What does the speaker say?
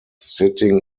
sitting